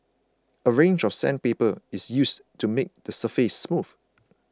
a range of sandpaper is used to make the surface smooth